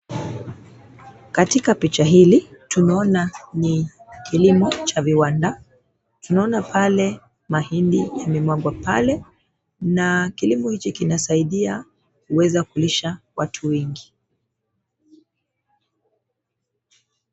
Katika picha hili tunaona ni kilimo cha viwanda. Tunaona pale mahindi imemwagwa pale na kilimo hichi kinasaidia kuweza kulisha watu wengi.